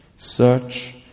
Search